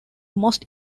most